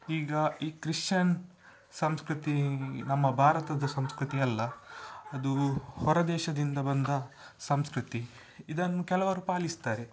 ಈಗ ಈ ಕ್ರಿಶ್ಶನ್ ಸಂಸ್ಕೃತಿ ನಮ್ಮ ಭಾರತದ ಸಂಸ್ಕೃತಿ ಅಲ್ಲ ಅದು ಹೊರ ದೇಶದಿಂದ ಬಂದ ಸಂಸ್ಕೃತಿ ಇದನ್ನು ಕೆಲವರು ಪಾಲಿಸ್ತಾರೆ